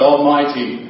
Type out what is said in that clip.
Almighty